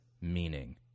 meaning